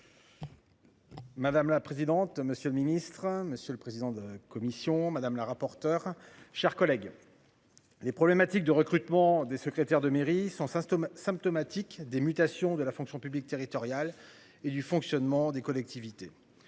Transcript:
Madame la présidente, monsieur le ministre, monsieur le président de commission, madame la rapporteure, chers collègues. Les problématiques de recrutement des secrétaires de mairie sans ça symptomatique des mutations de la fonction publique territoriale et du fonctionnement des collectivités.